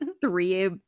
three